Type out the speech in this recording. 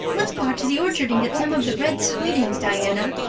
let's go out to the orchard and get some of the red sweetings, diana.